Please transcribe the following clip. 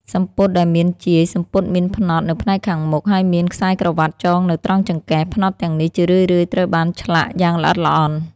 សំពត់ដែលមានជាយ សំពត់មានផ្នត់នៅផ្នែកខាងមុខ ហើយមានខ្សែក្រវាត់ចងនៅត្រង់ចង្កេះ ផ្នត់ទាំងនេះជារឿយៗត្រូវបានឆ្លាក់យ៉ាងល្អិតល្អន់។